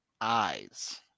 eyes